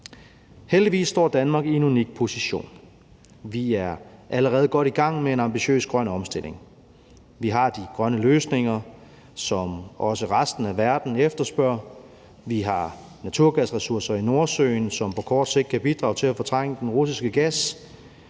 Heldigvis står Danmark i en unik position. Vi er allerede godt i gang med en ambitiøs grøn omstilling. Vi har de grønne løsninger, som også resten af verden efterspørger. Vi har naturgasressourcer i Nordsøen, som på kort sigt kan bidrage til at fortrænge den russiske gas.